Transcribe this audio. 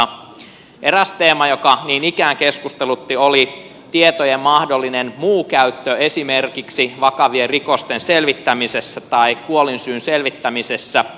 eräs teema joka niin ikään keskustelutti oli tietojen mahdollinen muu käyttö esimerkiksi käyttö vakavien rikosten selvittämisessä tai kuolinsyyn selvittämisessä